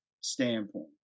standpoint